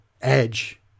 Edge